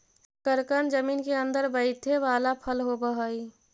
शकरकन जमीन केअंदर बईथे बला फल होब हई